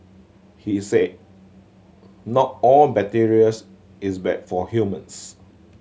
he said not all bacteria's is bad for humans